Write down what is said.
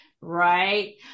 Right